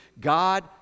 God